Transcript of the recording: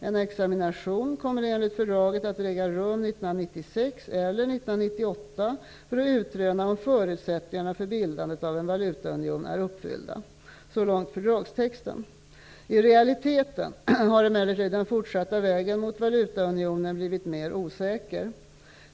En examination kommer enligt fördraget att äga rum 1996 eller 1998 för att utröna om förutsättningarna för bildandet av en valutaunion är uppfyllda. Så långt fördragstexten. I realiteten har emellertid den fortsatta vägen mot valutaunionen blivit mer osäker.